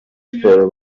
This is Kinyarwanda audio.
siporo